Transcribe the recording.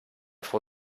frau